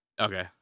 Okay